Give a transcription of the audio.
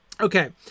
Okay